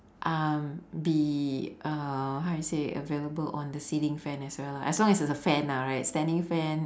um be uh how you say available on the ceiling fan as well lah as long as it's a fan lah right standing fan